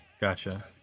Gotcha